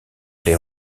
play